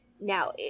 now